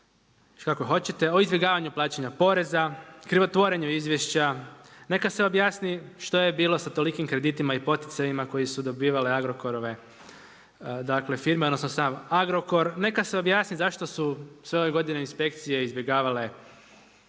o izbjegavanju plaćanja poreza, krivotvorenju izvješća. Neka se objasni što je bilo sa tolikim kreditima i poticajima koji su dobivale Agrokorove dakle firme, odnosno sam Agrokor. Neka se objasni zašto su sve ove godine inspekcije izbjegavale